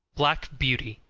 black beauty,